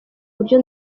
buryo